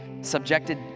subjected